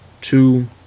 two